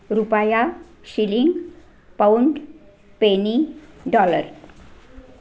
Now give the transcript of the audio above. रुपया shilling pound penny dollar